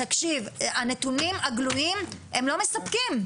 הנתונים הגלויים הם לא מספקים.